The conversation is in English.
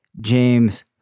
James